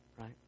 Right